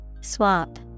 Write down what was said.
Swap